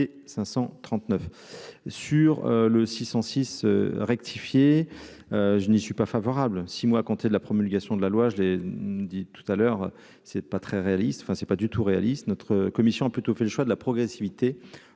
539 sur le 606 rectifié, je n'y suis pas favorable, 6 mois à compter de la promulgation de la loi, j'ai dit tout à l'heure, c'est pas très réaliste, enfin c'est pas du tout réaliste, notre commission a plutôt fait le choix de la progressivité